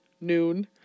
noon